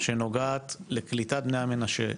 שנוגעת לקליטת בני המנשה.